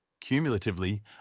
cumulatively